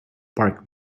parked